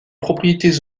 propriétés